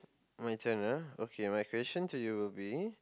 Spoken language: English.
my turn ah okay my question to you will be